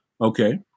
Okay